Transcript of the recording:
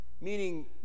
Meaning